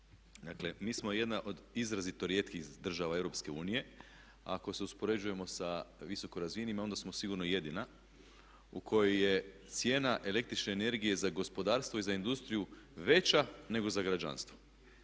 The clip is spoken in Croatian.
Dakle mi smo jedna od izrazito rijetkih država Europske unije a ako se uspoređujemo sa visoko razvijenima onda smo sigurno jedina u kojoj je cijena električne energije za gospodarstvo i za industriju veća nego za građanstvo.